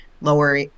lower